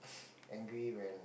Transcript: angry when